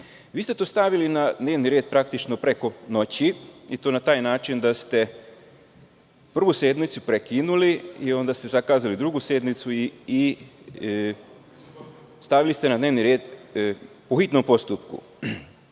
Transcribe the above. Vi ste to stavili na dnevni red praktično preko noći i to na taj način da ste prvu sednicu prekinuli i onda ste zakazali drugu sednicu i stavili ste na dnevni red po hitnom postupku.